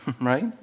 Right